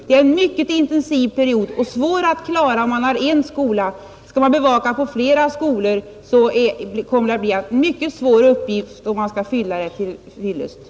Det är en mycket intensiv arbetsperiod och svår att klara om man har en skola, och skall man då bevaka detta på flera skolor så blir det mycket svårt att fylla den uppgiften väl,